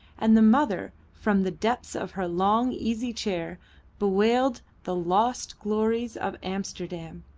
and the mother from the depths of her long easy-chair bewailed the lost glories of amsterdam,